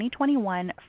2021